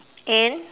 and